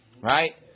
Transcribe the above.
right